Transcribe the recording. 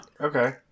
okay